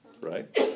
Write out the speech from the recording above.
right